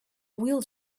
wheel